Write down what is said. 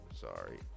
Sorry